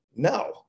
no